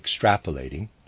extrapolating